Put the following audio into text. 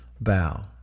bow